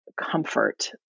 comfort